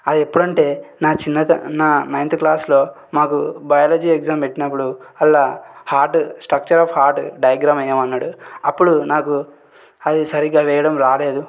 ఆ ఎప్పుడంటే నా చిన్నతన నా నైన్త్ క్లాస్లో మాకు బయాలజీ ఎక్జామ్ పెట్టినప్పుడు అలా heart structure of heart diagram వెయ్యమన్నాడు అప్పుడు నాకు అది సరిగ్గా వేయడం రాలేదు